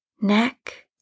neck